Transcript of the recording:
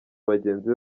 bagenzi